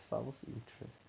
sounds ineresting